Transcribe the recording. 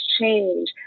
change